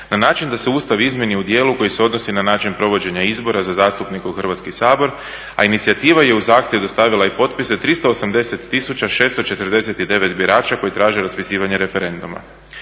na način da se Ustav izmjeni u djelu koji se odnosi na način provođenja izbora za zastupnike u Hrvatski sabor. A inicijativa je uz zahtjev dostavila i potpise, 380 649 birača koji traže raspisivanje referenduma.